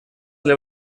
для